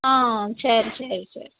ஆ சரி சரி சரி